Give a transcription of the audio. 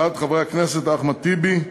הצעות חברי הכנסת אחמד טיבי,